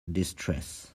distress